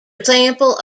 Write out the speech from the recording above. example